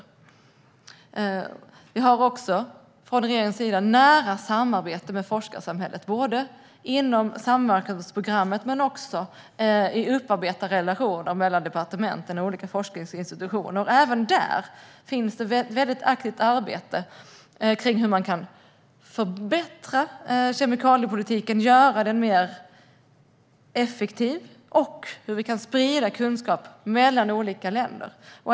Regeringen har också ett nära samarbete med forskarsamhället inom samverkansprogrammet och när det gäller att upparbeta relationer mellan departementen och olika forskningsinstitutioner. Där finns det ett mycket aktivt arbete i fråga om hur man kan förbättra kemikaliepolitiken och göra den mer effektiv och hur man kan sprida kunskap mellan olika länder.